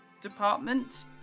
department